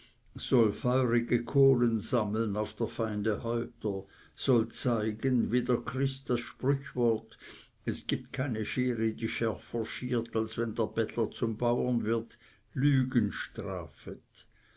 feurige kohlen sammeln auf der feinde häupter soll zeigen wie der christ das sprüchwort es gibt keine schere die schärfer schiert als wenn der bettler zum bauern wird lügen strafet